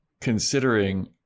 considering